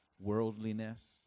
worldliness